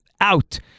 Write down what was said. out